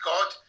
God